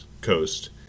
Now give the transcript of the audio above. Coast